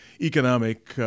economic